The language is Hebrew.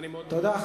תודה.